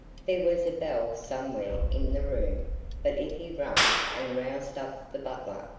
there was a bell somewhere in the room but if he rang, and roused up the butler,